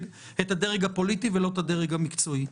את הדרג הפוליטי ולא את הדרג מקצועי.